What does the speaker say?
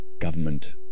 government